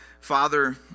Father